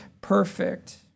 perfect